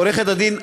עורכת-הדין,